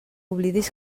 oblidis